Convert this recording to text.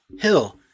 Hill